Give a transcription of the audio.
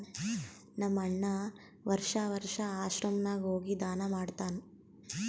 ನಮ್ ಅಣ್ಣಾ ವರ್ಷಾ ವರ್ಷಾ ಆಶ್ರಮ ನಾಗ್ ಹೋಗಿ ದಾನಾ ಮಾಡ್ತಾನ್